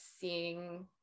seeing